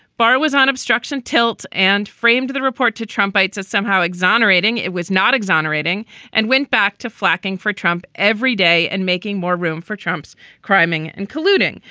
barr was on obstruction tilt and framed the report to trump bytes as somehow exonerating. it was not exonerating and went back to flacking for trump every day and making more room for trump's climbing and colluding.